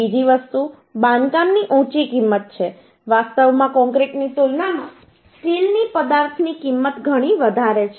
બીજી વસ્તુ બાંધકામની ઊંચી કિંમત છે વાસ્તવમાં કોંક્રિટની તુલનામાં સ્ટીલની પદાર્થની કિંમત ઘણી વધારે છે